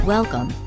Welcome